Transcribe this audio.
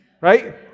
right